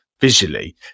visually